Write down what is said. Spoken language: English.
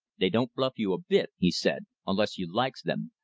they don't bluff you a bit, he said, unless you likes them,